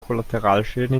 kollateralschäden